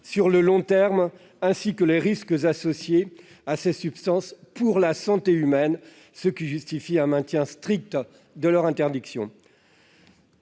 sur le long terme, ainsi que les risques associés à ces substances pour la santé humaine, ce qui justifie un maintien strict de leur interdiction.